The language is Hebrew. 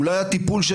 אולי הטיפול,